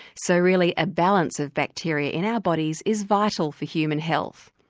so really a balance of bacteria in our bodies is vital for human health.